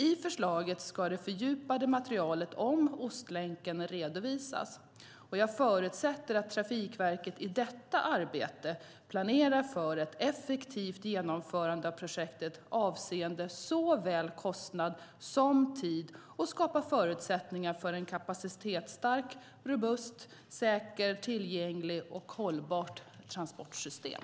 I förslaget ska det fördjupade materialet om Ostlänken redovisas. Jag förutsätter att Trafikverket i detta arbete planerar för ett effektivt genomförande av projektet avseende såväl kostnad som tid och skapar förutsättningar för ett kapacitetsstarkt, robust, säkert, tillgängligt och hållbart transportsystem.